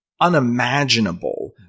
unimaginable